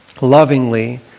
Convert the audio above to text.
lovingly